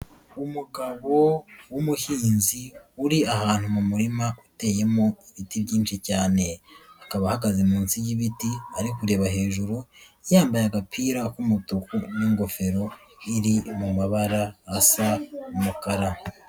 Umugabo w'umuhinzi uri ahantu mu murima uteyemo ibiti byinshi cyane, akaba ahagaze munsi yibiti ari kureba hejuru, yambaye agapira k'umutuku n'ingofero iri mu mabara asa umukara.